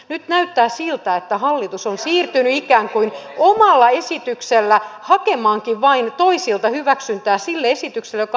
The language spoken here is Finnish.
nyt näyttää siltä että hallitus on siirtynyt ikään kuin omalla esityksellä hakemaankin toisilta vain hyväksyntää sille esitykselle joka hallituksella on